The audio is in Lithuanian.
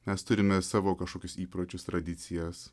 mes turime savo kažkokius įpročius tradicijas